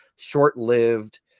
Short-lived